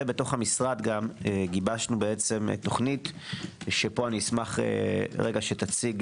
ובתוך המשרד גם גיבשנו תוכנית שאשמח שתציג